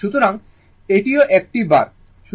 প্রাথমিকভাবে সামান্য অনুশীলন প্রয়োজন